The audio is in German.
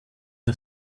der